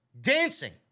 dancing